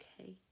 Okay